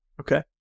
Okay